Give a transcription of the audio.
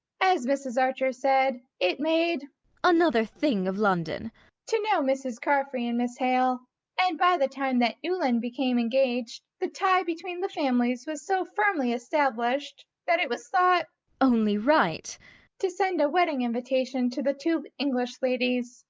as mrs. archer said, it made another thing of london to know mrs. carfry and miss harle and by the time that newland became engaged the tie between the families was so firmly established that it was thought only right to send a wedding invitation to the two english ladies,